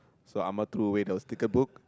so ah ma threw away our sticker book